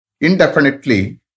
indefinitely